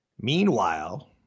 Meanwhile